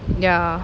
ya